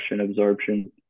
absorption